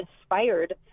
inspired